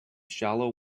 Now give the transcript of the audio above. shallow